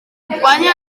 guanya